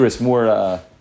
more